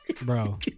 Bro